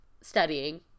studying